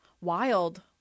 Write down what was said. Wild